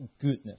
goodness